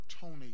Tony